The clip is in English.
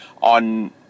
on